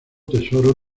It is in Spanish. tesoro